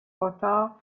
اتاق